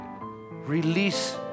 release